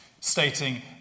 stating